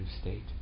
state